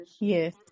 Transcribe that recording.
Yes